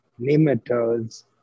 nematodes